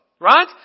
Right